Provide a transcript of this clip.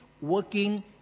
working